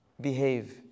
behave